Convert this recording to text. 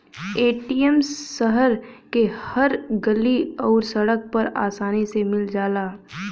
ATM शहर के हर गल्ली आउर सड़क पर आसानी से मिल जाला